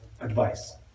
advice